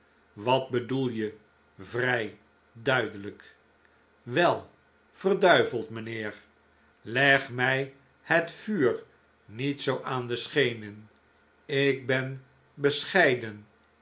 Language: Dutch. wat bedoel je vrij duidelijk wel verduiveld mijnheer leg mij het vuur niet zoo na aan de schenen ik ben bescheiden